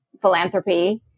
philanthropy